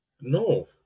No